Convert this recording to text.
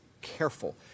careful